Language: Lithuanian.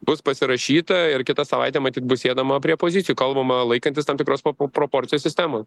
bus pasirašyta ir kitą savaitę matyt bus sėdama prie pozicijų kalbama laikantis tam tikros po pu proporcijų sistemoj